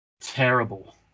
Terrible